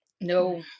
No